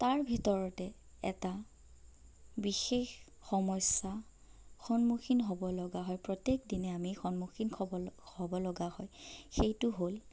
তাৰ ভিতৰতে এটা বিশেষ সমস্যা সন্মুখীন হ'বলগা হয় প্ৰত্যেক দিনে আমি সন্মুখীন হ'ব লগা হ'ব লগা হয় সেইটো হ'ল